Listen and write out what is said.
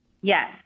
Yes